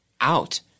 out